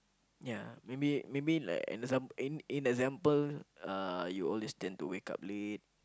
ya maybe maybe like an exam~ an example uh you always tend to wake up late